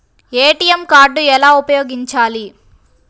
ATM card ఎలా ఉపయోగించాలి?